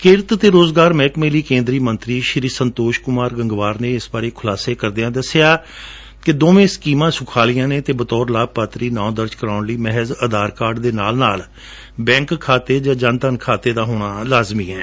ਕਿਰਤ ਅਤੇ ਰੁਜਗਾਰ ਮਾਹਿਕਮੇ ਲਈ ਕੇਂਦਰੀ ਮੰਤਰੀ ਸ੍ਸ੍ਸ੍ੀ ਸੰਤੋਸ਼ ਕੁਮਸ਼ਰ ਗੰਗਵਾਲ ਨੇ ਇਸ ਬਾਰੇ ਖੁਲਾਸੇ ਕਰਦਿਆਂ ਦੱਸਿਆ ਕਿ ਦੋਵੇਂ ਸਕੀਮਾਂ ਸੁਖਾਲੀਆਂ ਨੇ ਅਤੇ ਬਤੌਰ ਲਾਭਪਾਤਰੀ ਨਾਂ ਦਰਜ ਕਰਵਾਉਣ ਲਈ ਮਹਿਜ ਅਧਾਰ ਕਾਰਡ ਦੇ ਨਾਲ ਨਾਲ ਬੈਂਕ ਖਾਤੇ ਜਾਂ ਜਨਧਨ ਖਾਤੇ ਦਾ ਹੋਣਾ ਜਰੁਰੀ ਹੈ